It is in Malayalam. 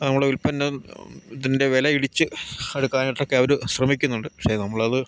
നമ്മളെ ഉൽപ്പന്നം ഇതിൻ്റെ വില ഇടിച്ച് അടുക്കാനായിട്ടൊക്കെ അവർ ശ്രമിക്കുന്നുണ്ട് പക്ഷെ നമ്മളത്